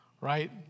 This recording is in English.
right